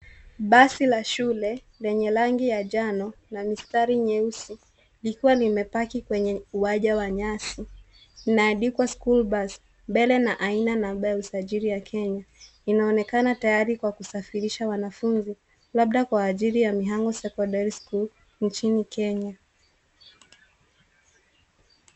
Basi la shule lenye rangi ya njano na mistari nyeusi likiwa limepaki kwenye uwanja wa nyasi. Linaandikwa school bus mbele na aina nambari ya usajili ya Kenya. Inaonekana tayari kwa kuwasafirisha wanafunzi labda ajili ya Mihang'o secondary school nchini Kenya.